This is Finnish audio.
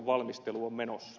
arvoisa puhemies